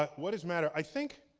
but what is matter? i think.